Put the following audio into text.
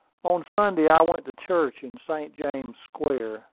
on sunday i went to church in st. james square,